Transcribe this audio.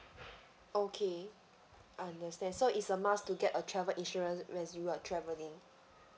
okay understand so it's a must to get a travel insurance when you are travelling